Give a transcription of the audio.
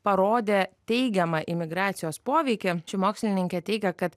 parodė teigiamą imigracijos poveikį ši mokslininkė teigia kad